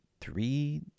three